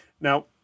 Now